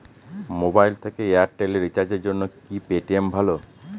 Mobile থেকে Airtel এ রিচার্জের জন্য কি পেটিএম ভালো?